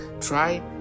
Try